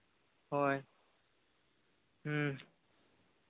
ᱦᱳᱭ ᱦᱮᱸ